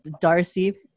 Darcy